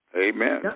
Amen